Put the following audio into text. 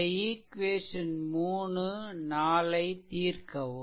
இந்த ஈக்வேஷன் 34 ஐ தீர்க்கவும்